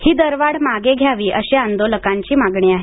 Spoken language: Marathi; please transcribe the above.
ही दरवाढ मागे घ्यावी अशी आंदोलकांची मागणी आहे